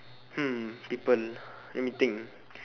people let me think